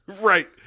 right